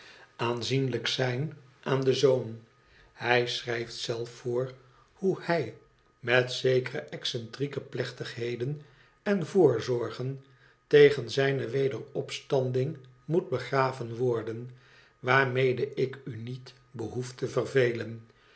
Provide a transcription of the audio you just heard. aanzienlijk zijn aan den zoon hij schrijft zelf voor hoe hij met zekere excentrieke plechtigheden en voorzorgen tegen zijne wederopstanding moet begraven worden waarmede ik u niet behoefte vervelen